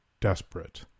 desperate